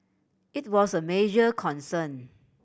it was a major concern